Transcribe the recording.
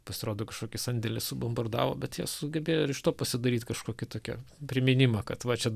pasirodo kažkokį sandėlį subombardavo bet jie sugebėjo ir iš to pasidaryt kažkokį tokį priminimą kad va čia